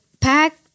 pack